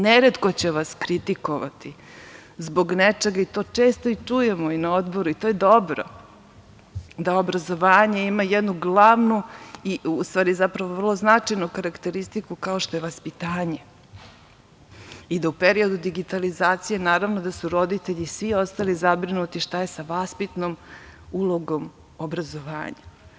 Neretko će vas kritikovati zbog nečega i to često i čujemo i na Odboru i to je dobro, da obrazovanje ima jednu glavnu, vrlo značajnu karakteristiku kao što je vaspitanje i da u periodu digitalizacije, naravno, da su roditelji i svi ostali zabrinuti šta je sa vaspitnom ulogom obrazovanja.